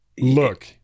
look